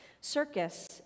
Circus